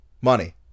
money